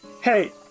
hey